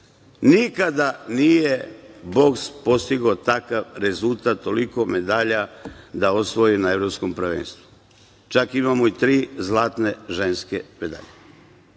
nikad nije boks postigao takav rezultat, toliko medalja da osvoji na Evropskom prvenstvu. Čak imamo i tri zlatne ženske medalje.